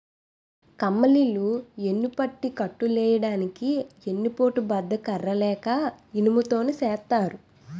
కమ్మలిల్లు యెన్నుపట్టి కట్టులెయ్యడానికి ఎన్ని పోటు బద్ద ని కర్ర లేక ఇనుము తోని సేత్తారు